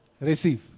Receive